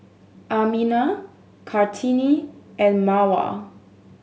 Aminah Kartini and Mawar